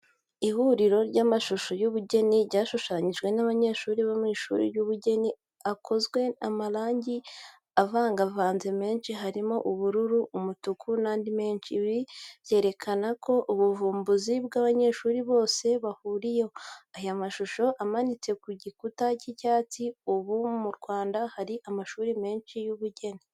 Ihuriro ry'amashusho y'ubugeni yashushanyijwe n'abanyeshuri bo mu ishuri ry'ubugeni, akozwe n'amarangi avangavanze menshi harimo ubururu, umutuku n'andi menshi. Ibi byerekana ubuvumbuzi bw'abanyeshuri bose bahuriyeho. Aya mashusho amanitse ku gikuta cy'icyatsi. Ubu mu Rwanda hari amashuri menshi y'ubugeni.